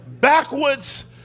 backwards